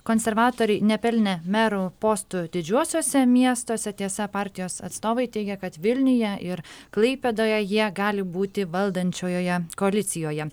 konservatoriai nepelnė merų postų didžiuosiuose miestuose tiesa partijos atstovai teigia kad vilniuje ir klaipėdoje jie gali būti valdančiojoje koalicijoje